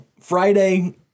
Friday